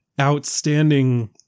outstanding